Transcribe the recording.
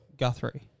Guthrie